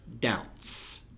doubts